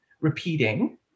repeating